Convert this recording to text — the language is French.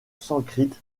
sanskrit